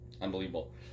Unbelievable